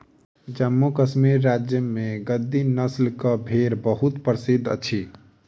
जम्मू कश्मीर राज्य में गद्दी नस्लक भेड़ बहुत प्रसिद्ध अछि